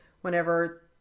whenever